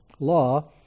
law